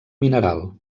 mineral